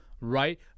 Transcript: right